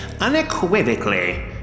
unequivocally